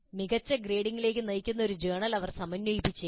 മികച്ച ഗ്രേഡിംഗിലേക്ക് നയിക്കുന്ന ഒരു ജേർണൽ അവർ സമന്വയിപ്പിച്ചേക്കാം